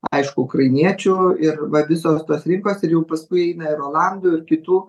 aišku ukrainiečių ir va visos tos rinkos ir jau paskui eina ir olandų ir kitų